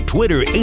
Twitter